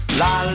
la